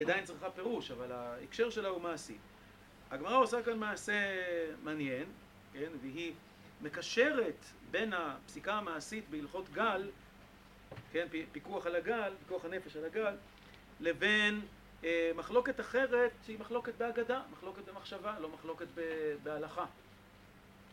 עדיין צריכה פירוש, אבל ההקשר שלה הוא מעשי. הגמרא עושה כאן מעשה מעניין, והיא מקשרת בין הפסיקה המעשית בהלכות גל, פיקוח על הגל, פיקוח הנפש על הגל, לבין מחלוקת אחרת שהיא מחלוקת בהגדה, מחלוקת במחשבה, לא מחלוקת בהלכה.